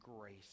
grace